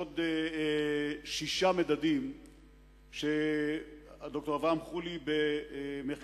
עוד שישה מדדים שד"ר אברהם חולי המליץ